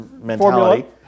mentality